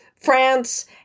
France